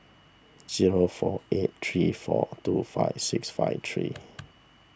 zero four eight three four two five six five three